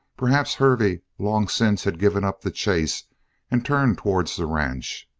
perhaps hervey long since had given up the chase and turned towards the ranch.